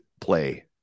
play